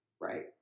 Right